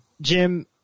Jim